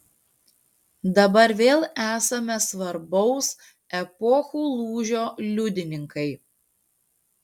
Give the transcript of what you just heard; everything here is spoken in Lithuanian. dabar vėl esame svarbaus epochų lūžio liudininkai